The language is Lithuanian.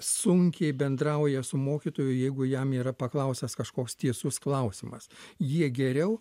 sunkiai bendrauja su mokytoju jeigu jam yra paklausęs kažkoks tiesus klausimas jie geriau